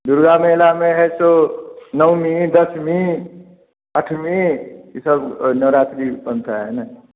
दुर्गा मेला में है सो नवमी दशमी अष्टमी यह सब नवरात्रि बनता है न